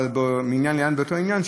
אבל מעניין לעניין באותו עניין.